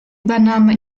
übernahme